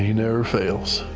never fails.